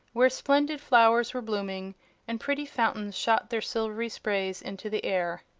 where splendid flowers were blooming and pretty fountains shot their silvery sprays into the air.